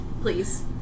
Please